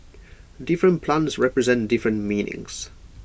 different plants represent different meanings